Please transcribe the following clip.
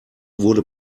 wurde